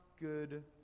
good